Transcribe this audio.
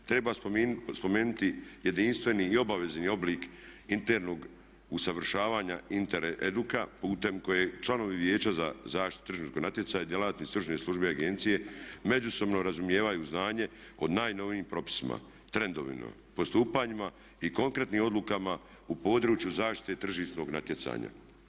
Treba spomenuti jedinstveni i obavezni oblik internog usavršavanja Intereduca putem kojeg članovi Vijeća za zaštitu tržišnog natjecanja i djelatnici stručne službe agencije međusobno razumijevaju znanje o najnovijim propisima, trendovima, postupanjima i konkretnim odlukama u području zaštite tržišnog natjecanja.